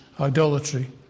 idolatry